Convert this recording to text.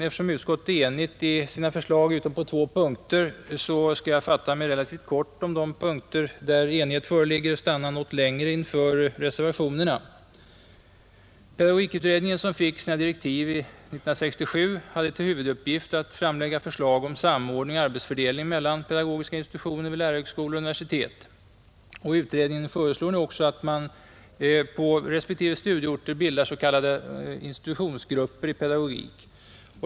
Eftersom utskottet är enigt i sina förslag utom på två punkter, skall jag fatta mig relativt kort om de punkter där enighet föreligger men stanna något längre inför de två reservationerna. Pedagogikutredningen, som fick sina direktiv 1967, hade till huvuduppgift att framlägga förslag om samordning och arbetsfördelning mellan pedagogiska institutioner vid lärarhögskolor och universitet. Utredningen föreslår nu också att man på studieorterna bildar institutionsgrupper för pedagogik.